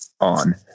on